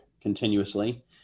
continuously